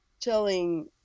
telling